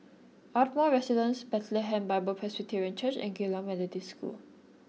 Ardmore Residence Bethlehem Bible Presbyterian Church and Geylang Methodist School